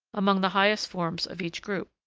among the highest forms of each group.